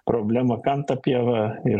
problema kam ta pieva ir